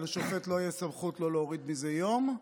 ולשופט לא תהיה סמכות להוריד מזה יום,